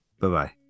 Bye-bye